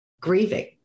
grieving